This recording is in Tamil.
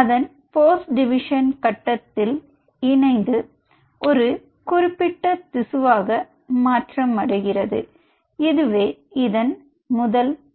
அதன் போஸ்ட் டிவிஷன் கட்டத்தில் இணைந்து ஒரு குறிப்பிட்ட திசுவாக மாற்றம் அடைகிறது இதுவே இதன் முதல் படி